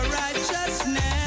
righteousness